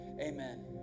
Amen